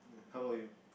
how old are you